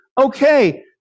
okay